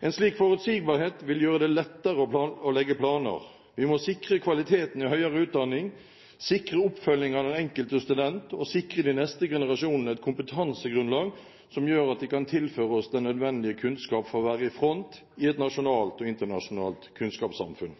En slik forutsigbarhet vil gjøre det lettere å legge planer. Vi må sikre kvaliteten i høyere utdanning, sikre oppfølging av den enkelte student og sikre de neste generasjonene et kompetansegrunnlag som gjør at de kan tilføre oss den nødvendige kunnskap for å være i front i et nasjonalt og internasjonalt kunnskapssamfunn.